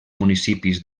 municipis